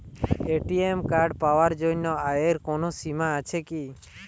ATM card পাওয়ার জন্য আয়ের কোনো সীমা আছে কি?